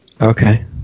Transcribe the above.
Okay